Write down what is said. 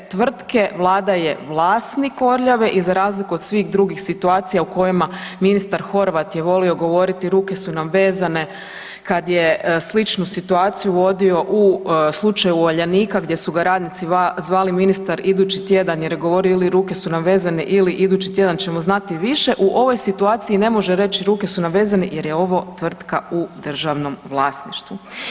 tvrtke, vlada je vlasnik „Orljave“ i za razliku od svih drugih situacija u kojima ministar Horvat je volio govoriti „ruke su nam vezane“ kad je sličnu situaciju vodio u slučaju „Uljanika“ gdje su ga radnici zvali „ministar idući tjedan“ jer je govorio ili „ruke su nam vezane“ ili idući tjedan ćemo znati više, u ovoj situaciji ne može reći ruke su nam vezane jer je ovo tvrtka u državnom vlasništvu.